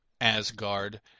Asgard